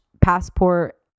passport